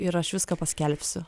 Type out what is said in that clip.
ir aš viską paskelbsiu